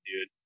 dude